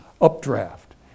updraft